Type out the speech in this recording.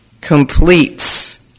completes